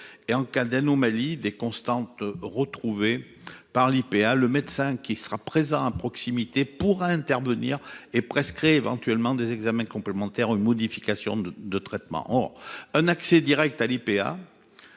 Et en cas d'anomalie des constantes retrouvées par l'IPA le médecin qui sera présent à proximité pourra intervenir et presse créer éventuellement des examens complémentaires. Une modification de de traitement ont un accès Direct à l'IPA.